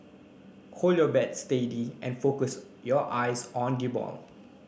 hold your bat steady and focus your eyes on the ball